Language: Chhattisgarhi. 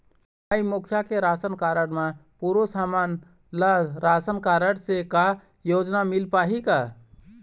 माई मुखिया के राशन कारड म पुरुष हमन ला रासनकारड से का योजना मिल पाही का?